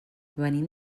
venim